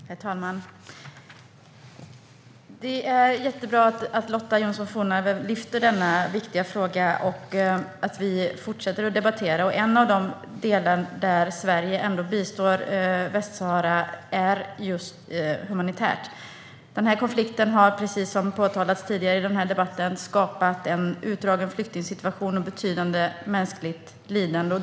Herr talman! Det är jättebra att Lotta Johnsson Fornarve lyfter fram denna viktiga fråga och att vi fortsätter att debattera. Ett av de områden där Sverige ändå bistår Västsahara är just det humanitära. Den här konflikten har, precis som beskrivits tidigare här i debatten, skapat en utdragen flyktingsituation och betydande mänskligt lidande.